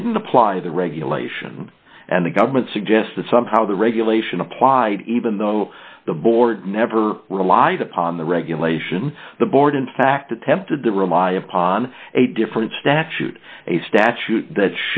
didn't apply the regulation and the government suggests that somehow the regulation applied even though the board never relied upon the regulation the board in fact attempted the rely upon a different statute a statute that